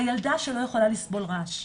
הילדה שלא יכולה לסבול רעש.